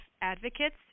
advocates